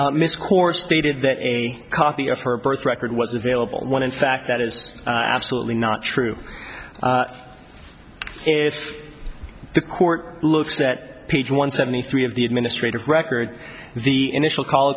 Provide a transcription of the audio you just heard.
that miss corps stated that a copy of her birth record was available when in fact that is absolutely not true the court looks at page one seventy three of the administrative record the initial coll